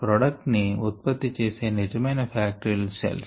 product ని ఉత్పత్తి చేసే నిజమైన ఫ్యాక్టరీ లు సెల్స్